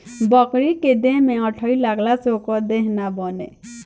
बकरी के देह में अठइ लगला से ओकर देह ना बने